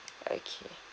okay